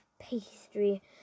pastry